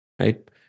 right